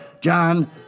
John